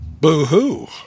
Boo-hoo